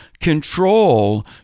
control